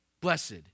blessed